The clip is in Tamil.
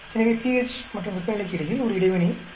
எனவே pH மற்றும் வெப்பநிலைக்கு இடையில் ஒரு இடைவினை உள்ளது